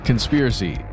Conspiracy